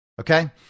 Okay